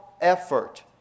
effort